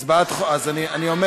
הצבעת, מה, אז אני אומר.